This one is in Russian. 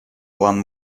план